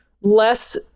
less